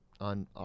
on